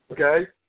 Okay